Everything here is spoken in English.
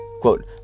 Quote